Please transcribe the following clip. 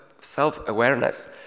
self-awareness